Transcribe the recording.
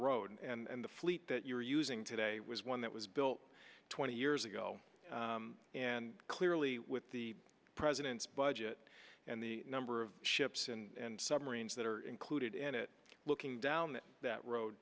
road and the fleet that you're using today was one that was built twenty years ago and clearly with the president's budget and the number of ships and submarines that are included in it looking down that road